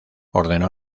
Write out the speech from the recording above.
ordenó